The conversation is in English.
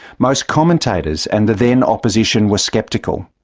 most commentators, and the then opposition, were sceptical.